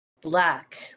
black